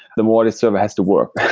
the more that server has to work.